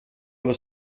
allo